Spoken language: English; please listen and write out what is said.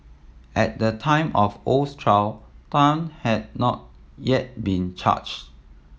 at the time of Oh's trial Tan had not yet been charged